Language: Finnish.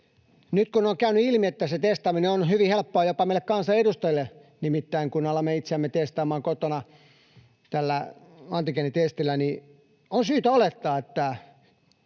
Nyt kun on käynyt ilmi, että se testaaminen on hyvin helppoa jopa meille kansanedustajille, nimittäin kun alamme itseämme testaamaan kotona antigeenitestillä, niin on syytä olettaa, että